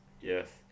yes